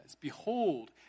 behold